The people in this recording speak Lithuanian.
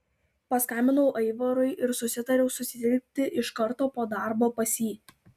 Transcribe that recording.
paskambinau aivarui ir susitariau susitikti iš karto po darbo pas jį